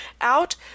out